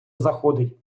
заходить